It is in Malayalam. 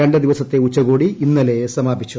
രണ്ടു ദിവസത്തെ ഉച്ചകോടി ഇന്നലെ സമാപിച്ചു